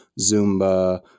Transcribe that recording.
zumba